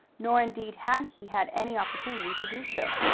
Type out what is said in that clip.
nor indeed had he had any opportunity to do so.